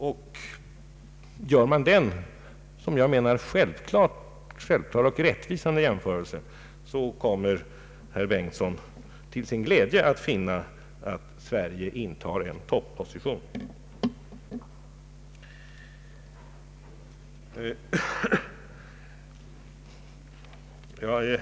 Om man gör den som jag anser självklara och rättvisande jämförelsen, så kommer herr Bengtson till sin glädje att finna att Sverige intar en topposition.